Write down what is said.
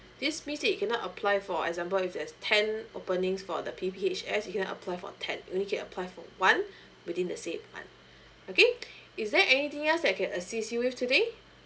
this means that you cannot apply for example if there's ten openings for the P_P_H_S you cannot apply for ten you only can apply for one within the same month okay is there anything else that I can assist you with today